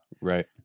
Right